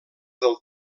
del